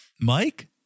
Mike